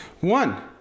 One